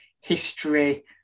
history